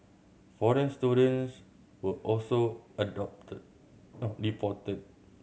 foreign students were also adopted deported